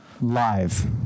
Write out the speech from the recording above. live